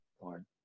Lord